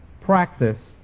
practice